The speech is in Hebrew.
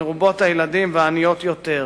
מרובות הילדים והעניות יותר.